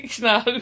No